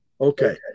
Okay